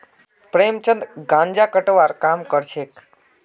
प्रेमचंद गांजा कटवार काम करछेक